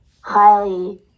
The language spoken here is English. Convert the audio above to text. highly